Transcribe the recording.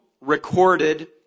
recorded